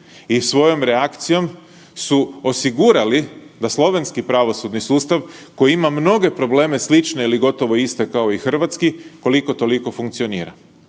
i svojom reakcijom su osigurali da slovenski pravosudni sustav koji ima mnoge probleme slične ili gotovo iste kao i hrvatski, koliko toliko funkcionira.